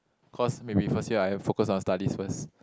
cause maybe first year I have focus on studies first